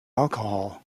alcohol